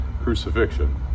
crucifixion